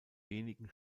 wenigen